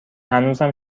هنوزم